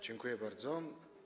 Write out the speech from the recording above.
Dziękuję bardzo.